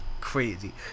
Crazy